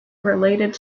related